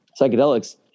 psychedelics